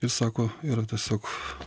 ir sako yra tiesiog